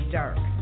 dark